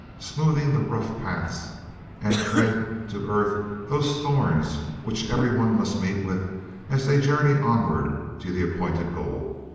smoothing the rough paths and tread to earth those thorns which every one must meet with as they journey onward to the appointed goal.